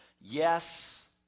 Yes